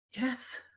Yes